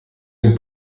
den